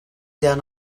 down